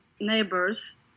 neighbors